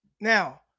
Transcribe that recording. Now